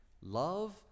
love